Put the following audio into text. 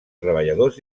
treballadors